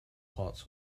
parts